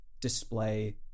display